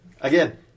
again